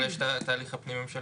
אבל יש גם את התהליך הפנים ממשלתי,